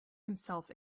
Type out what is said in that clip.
himself